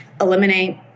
eliminate